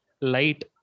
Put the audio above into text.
light